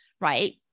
right